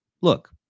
look